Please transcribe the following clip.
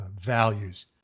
values